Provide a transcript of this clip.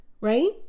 right